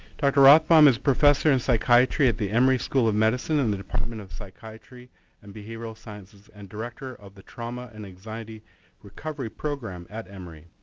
dr. rothbaum is professor in psychiatry at the emory school of medicine, and department of psychiatry and behavioral sciences and director of the trauma and anxiety recovery program at emory.